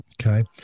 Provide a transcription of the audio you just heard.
Okay